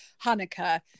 Hanukkah